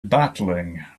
battling